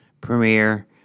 premiere